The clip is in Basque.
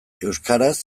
euskaraz